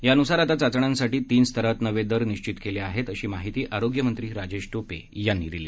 यानुसार आता चाचण्यांसाठी तीन स्तरात नवे दर निश्वित केले आहेत अशी माहिती आरोग्यमंत्री राजेश टोपे यांनी दिली